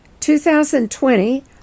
2020